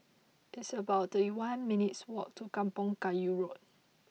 it's about thirty one minutes' walk to Kampong Kayu Road